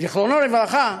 זיכרונו לברכה,